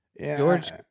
George